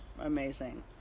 amazing